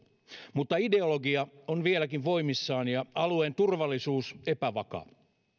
mutta ideologia on vieläkin voimissaan ja alueen turvallisuus epävakaa